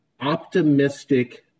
optimistic